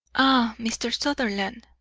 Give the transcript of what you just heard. ah, mr. sutherland,